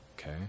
Okay